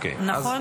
נכון?